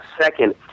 Second